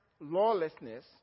lawlessness